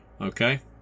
Okay